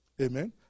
Amen